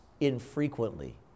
infrequently